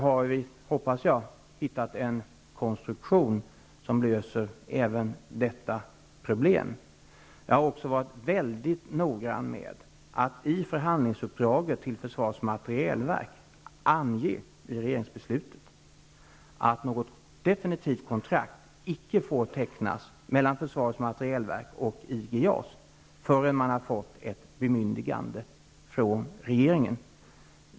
Jag hoppas att det nu har skapats en konstruktion som löser även detta problem. Jag har varit noga med att i regeringsbeslut ange att det i förhandlingsuppdraget till Försvarets materielverk inte får tecknas något definitivt kontrakt mellan Försvarets materielverk och IG JAS förrän ett bemyndigande har givits av regeringen.